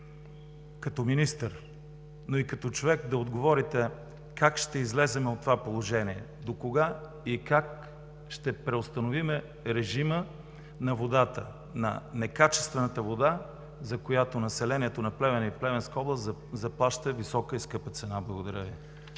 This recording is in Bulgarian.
като министър, но и като човек да отговорите: как ще излезем от това положение? Докога и как ще преустановим режима на водата – на некачествената вода, за която населението на Плевен и Плевенска област заплаща висока и скъпа цена? Благодаря Ви.